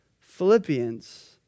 Philippians